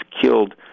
killed